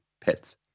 pets